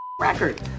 record